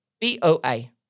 B-O-A